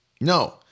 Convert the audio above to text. No